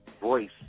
voice